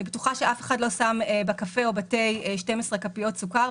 אני בטוחה שאף אחד לא שם בקפה או בתה 12 כפיות סוכר.